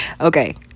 Okay